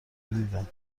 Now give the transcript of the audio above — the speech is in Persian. دیدم